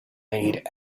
made